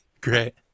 great